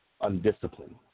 undisciplined